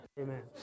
Amen